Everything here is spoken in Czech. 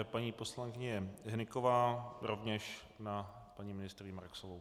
Paní poslankyně Hnyková rovněž na paní ministryni Marksovou.